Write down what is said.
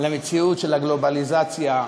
למציאות של הגלובליזציה,